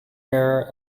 mirror